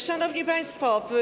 Szanowni Państwo!